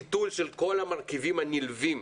ביטול של כל המרכיבים הנלווים